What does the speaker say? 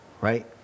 right